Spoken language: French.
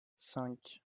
cinq